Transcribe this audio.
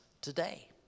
today